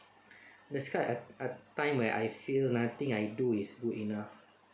there's quite a a time when I feel nothing I do is good enough